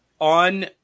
on